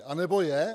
Anebo je?